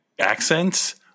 accents